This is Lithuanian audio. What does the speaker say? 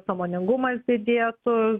sąmoningumas didėtų